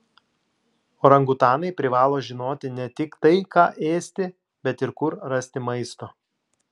orangutanai privalo žinoti ne tik tai ką ėsti bet ir kur rasti maisto